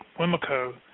Wimico